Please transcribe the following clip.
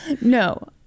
No